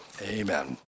Amen